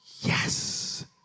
Yes